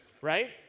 right